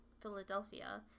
Philadelphia